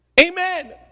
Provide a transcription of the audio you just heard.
Amen